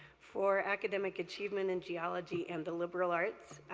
for academic achievement in geology and the liberal arts,